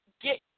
get